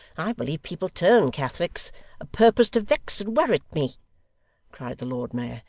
i believe people turn catholics a'purpose to vex and worrit me cried the lord mayor.